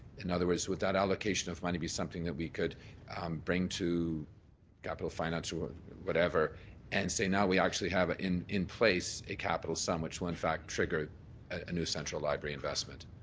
in other words would that allocation of money be something that we could bring to capital finance or whatever and say now we actually have in in place a capital sum which will in fact trigger a new central library investment?